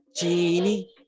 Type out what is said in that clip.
Genie